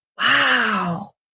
Wow